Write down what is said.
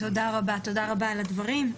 תודה רבה על הדברים.